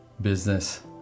Business